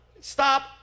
stop